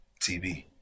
TV